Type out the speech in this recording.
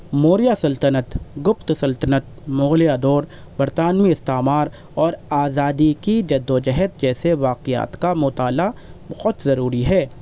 موریہ سلطنت گپت سلطنت مغلیہ دور برطانوی استعمار اور آزادی کی جد و جہد جیسے واقعات کا مطالعہ بہت ضروری ہے